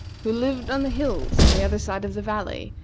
who lived on the hills on the other side of the valley,